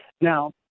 Now